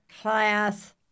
class